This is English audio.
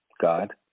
God